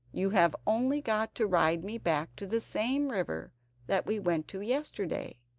you have only got to ride me back to the same river that we went to yesterday,